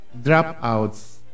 dropouts